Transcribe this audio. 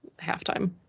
halftime